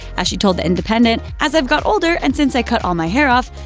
as she told the independent, as i've got older, and since i cut all my hair off,